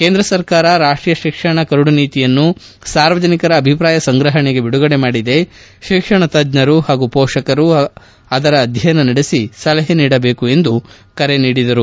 ಕೇಂದ್ರ ಸರ್ಕಾರ ರಾಷ್ಟೀಯ ಶಿಕ್ಷಣ ಕರಡುನೀತಿಯನ್ನು ಸಾರ್ವಜನಿಕರ ಅಭಿಪ್ರಾಯ ಸಂಗ್ರಪಣೆಗೆ ಬಿಡುಗಡೆ ಮಾಡಿದೆ ಶಿಕ್ಷಣ ತಜ್ಞರು ಪಾಗೂ ಮೋಷಕರು ಅದರ ಅಧ್ಯಯನ ನಡೆಸಿ ಸಲಹೆ ನೀಡಬೇಕು ಎಂದು ಅವರು ಸಲಹೆ ಮಾಡಿದರು